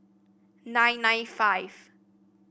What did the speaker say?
nine nine five